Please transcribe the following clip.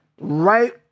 Right